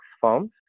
forms